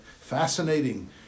fascinating